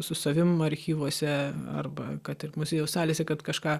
su savim archyvuose arba kad ir muziejaus salėse kad kažką